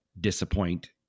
disappoint